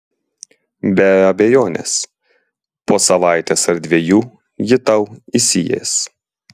be abejonės po savaitės ar dviejų ji tau įsiės